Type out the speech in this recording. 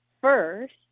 first